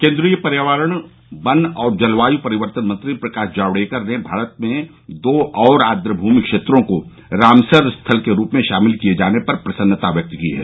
केन्द्रीय पर्यावरण वन और जलवायु परिवर्तन मंत्री प्रकाश जावड़ेकर ने भारत में दो और आर्दभूमि क्षेत्रों को रामसर स्थल के रूप में शामिल किये जाने पर प्रसन्नता व्यक्त की है